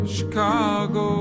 Chicago